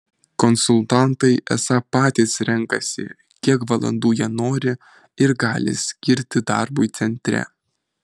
konsultantai esą patys renkasi kiek valandų jie nori ir gali skirti darbui centre